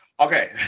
Okay